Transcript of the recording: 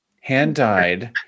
hand-dyed